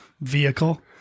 vehicle